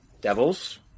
Devils